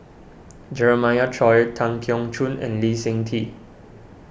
Jeremiah Choy Tan Keong Choon and Lee Seng Tee